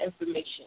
information